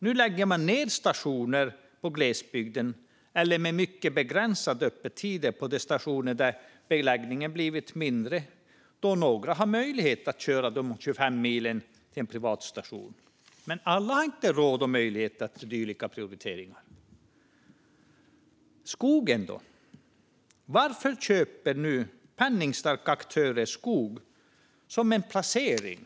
Nu lägger man ned stationer på glesbygden eller har mycket begränsade öppettider på de stationer där beläggningen blivit mindre, då några har möjlighet att köra 25 mil till en privat station. Men alla har inte råd med och möjlighet till dylika prioriteringar. Skogen då? Varför köper nu penningstarka aktörer skog som en placering?